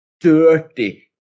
dirty